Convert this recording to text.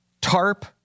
TARP